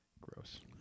Gross